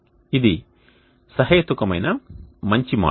ఇది సహేతుకమైన మంచి మోడల్